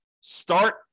Start